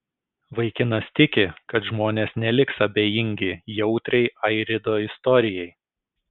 vaikinas tiki kad žmonės neliks abejingi jautriai airido istorijai